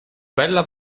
bella